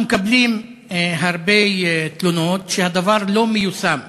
אנחנו מקבלים הרבה תלונות שהדבר לא מיושם,